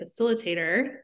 facilitator